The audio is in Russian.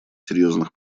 серьезных